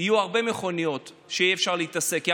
יהיו הרבה מכוניות שיהיה אפשר להתעסק בהן,